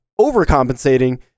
overcompensating